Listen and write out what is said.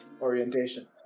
orientation